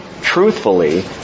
truthfully